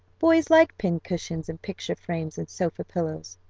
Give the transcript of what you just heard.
boys like pincushions and picture frames and sofa pillows.